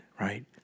right